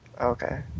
Okay